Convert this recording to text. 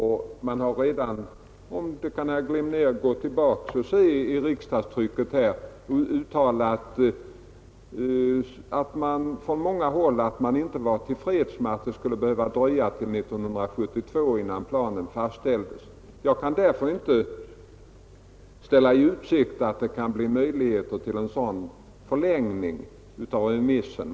Herr Glimnér kan gå tillbaka i riksdagstrycket och själv konstatera att man från många håll uttalat att man inte är till freds med att det måste dröja till 1972 innan planen fastställs. Jag kan därför inte ställa i utsikt att det kan bli möjligheter till en förlängning av remisstiden.